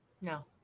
No